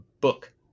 book